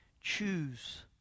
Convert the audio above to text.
Choose